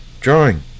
drawing